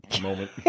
moment